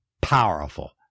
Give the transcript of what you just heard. powerful